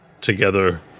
together